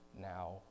now